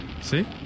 see